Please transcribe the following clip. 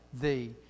thee